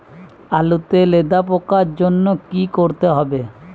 আলুতে লেদা পোকার জন্য কি করতে হবে?